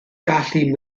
gallu